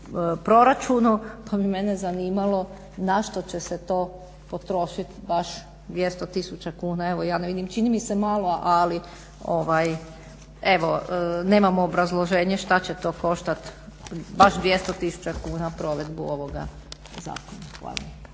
proračunu. Mene bi zanimalo na što će se to potrošiti baš 200 tisuća kuna? Evo ja ne vidim, čini mi se malo ali evo nemamo obrazloženje što će to koštati baš 200 tisuća kuna provedbu ovoga zakona. Hvala.